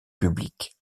publique